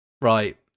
Right